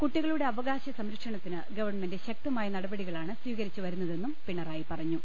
കുട്ടികളുടെ അവകാശ സംരക്ഷണത്തിന് ഗവൺമെന്റ് ശക്തമായ നടപടികളാണ് സ്വീകരിച്ചു വരുന്നതെന്നും പിണറായി പറഞ്ഞു